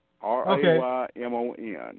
R-A-Y-M-O-N